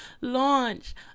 launch